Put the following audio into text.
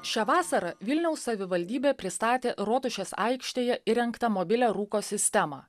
šią vasarą vilniaus savivaldybė pristatė rotušės aikštėje įrengtą mobilią rūko sistemą